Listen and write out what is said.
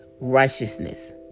righteousness